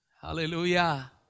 Hallelujah